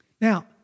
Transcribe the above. Now